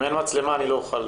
אם אין מצלמה אני לא אוכל.